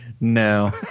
No